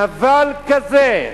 נבל כזה.